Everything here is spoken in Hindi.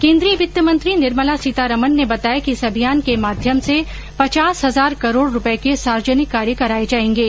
केन्द्र ी य वित्तमंत्री निर्मला सीतारामन ने बताया कि इस अभियान के माध्यम से पचास हजार करोड़ रुपए के सार्वजनिक कार्य कराए जाएंगे